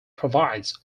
provides